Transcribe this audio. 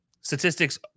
statistics